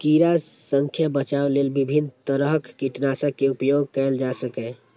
कीड़ा सं बचाव लेल विभिन्न तरहक कीटनाशक के उपयोग कैल जा सकैए